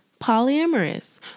polyamorous